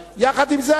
יחד עם זה,